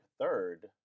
third